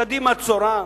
קדימה-צורן,